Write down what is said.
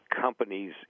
companies